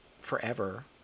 forever